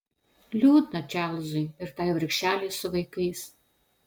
liūdna čarlzui ir tai vargšelei su vaikais